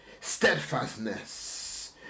steadfastness